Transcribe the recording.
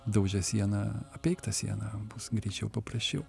daužęs sieną apeik tą sieną bus greičiau paprasčiau